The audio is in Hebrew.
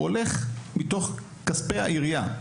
הולך מתוך כספי העירייה,